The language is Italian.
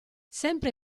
sempre